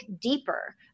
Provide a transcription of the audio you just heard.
deeper